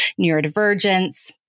neurodivergence